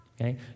okay